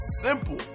simple